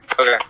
Okay